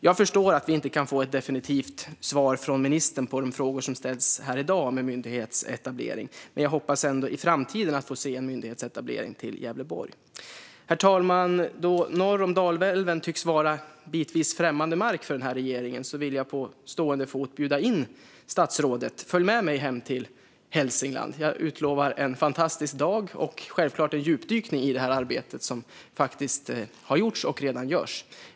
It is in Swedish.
Jag förstår att vi inte kan få ett definitivt svar från ministern på de frågor som ställs här i dag om myndighetsetablering, men jag hoppas ändå få se en myndighetsetablering i Gävleborg i framtiden. Herr talman! Norr om Dalälven tycks vara bitvis främmande mark för regeringen, och därför vill jag på stående fot bjuda in statsrådet att följa med mig hem till Hälsingland. Jag utlovar en fantastisk dag och självfallet en djupdykning i det arbete som har gjorts och redan görs.